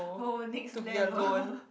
oh next level